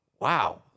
Wow